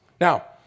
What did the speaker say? Now